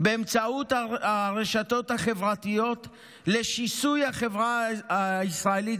באמצעות הרשתות החברתיות לשיסוי בחברה הישראלית,